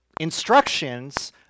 instructions